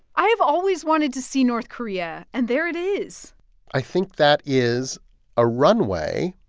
i've always wanted to see north korea. and there it is i think that is a runway.